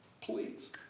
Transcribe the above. please